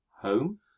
Home